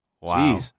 Wow